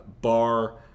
bar